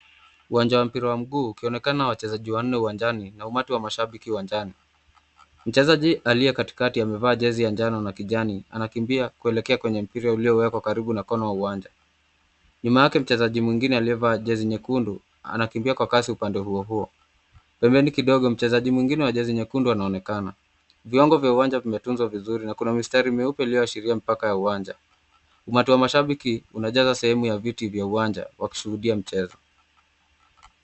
Uwanja wa mpira wa mguu, ukionekana wachezaji wanne uwanjani na umati wa mashabiki uwanjani. Mchezaji aliye katikati amevaa jezi ya njano na kijani anakimbia kueleka kwenye mpira uliowekwa karibu na kona ya uwanja. Nyuma yake mchezaji mwingine aliyevaa jezi nyekundu anakimbia kwa kasi upande huo huo. Pembeni kidogo mchezaji mwingine wa jezi nyekundu anaonekana. Vyombo vya uwanja umetunzwa vizuri, kuna mistari mweupe ulioashiria mpaka wa uwanja. Umati wa mashabiki unajaza sehemu ya viti vya uwanja wakishuhudia mchezo.